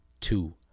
two